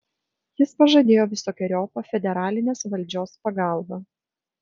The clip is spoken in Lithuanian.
jis pažadėjo visokeriopą federalinės valdžios pagalbą